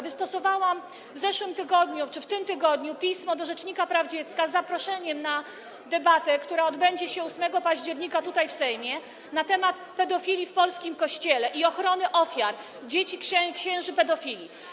Wystosowałam w zeszłym lub w tym tygodniu pismo do rzecznika praw dziecka, zaproszenie na debatę, która odbędzie się 8 października tutaj, w Sejmie, na temat pedofilii w polskim kościele i ochrony dzieci - ofiar księży pedofili.